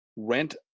rent